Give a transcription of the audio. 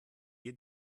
wir